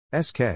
SK